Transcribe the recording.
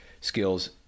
skills